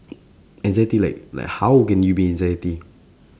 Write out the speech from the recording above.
anxiety like like how can you be anxiety